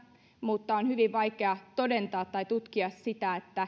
mutta on hyvin vaikea todentaa tai tutkia sitä